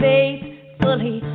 Faithfully